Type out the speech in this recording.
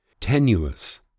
tenuous